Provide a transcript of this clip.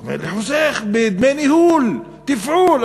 הוא אומר לי: חוסך בדמי ניהול, תפעול.